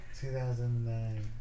2009